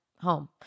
home